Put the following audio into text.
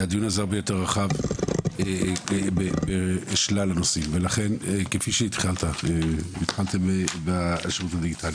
הוא הרבה יותר רחב בשלל הנושאים ולכן כפי שהתחלתם במערך הדיגיטלי